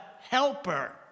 helper